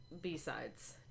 B-sides